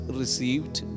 received